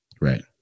Right